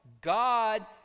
God